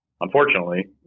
unfortunately